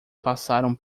passaram